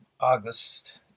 August